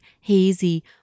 hazy